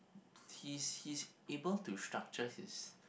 he's he's able to structure his